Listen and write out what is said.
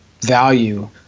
value